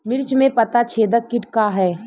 मिर्च में पता छेदक किट का है?